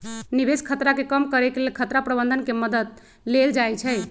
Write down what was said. निवेश खतरा के कम करेके लेल खतरा प्रबंधन के मद्दत लेल जाइ छइ